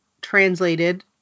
translated